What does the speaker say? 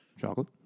Chocolate